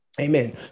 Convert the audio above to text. amen